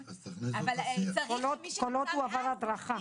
כל עוד הוא עבר הדרכה.